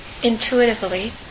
intuitively